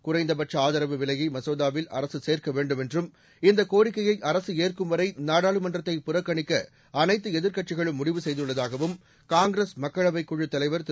குறைந்தபட்ச ஆதரவு விலையை மசோதாவில் அரசு சேர்க்க வேண்டும் என்றும் இந்த கோரிக்கையை அரசு ஏற்கும்வரை நாடாளுமன்றத்தை புறக்கணிக்க அனைத்து எதிர்க்கட்சிகளும் முடிவு செய்துள்ளதாகவும் காங்கிரஸ் மக்களவை குழுத் தலைவர் திரு